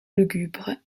lugubres